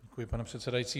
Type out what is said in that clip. Děkuji, pane předsedající.